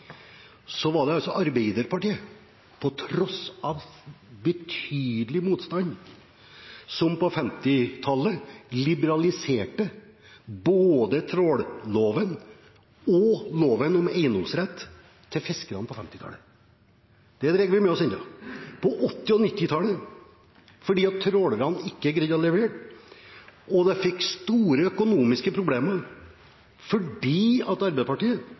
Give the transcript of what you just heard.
var det altså Arbeiderpartiet som på tross av betydelig motstand på 1950-tallet liberaliserte både trålloven og loven om eiendomsrett til fiskerne. Det drar vi med oss ennå. På 1980- og 1990-tallet greide ikke trålerne å levere, og de fikk store økonomiske problemer fordi Arbeiderpartiet